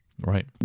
Right